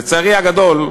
לצערי הגדול,